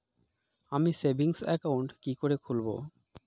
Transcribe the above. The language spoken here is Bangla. আমি সেভিংস অ্যাকাউন্ট কি করে খুলব?